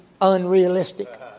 unrealistic